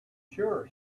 sure